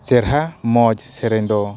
ᱪᱮᱨᱦᱟ ᱢᱚᱡᱽ ᱥᱮᱨᱮᱧ ᱫᱚ